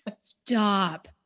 Stop